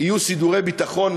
יהיו סידורי ביטחון,